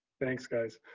thanks, guys.